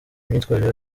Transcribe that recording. imyitwarire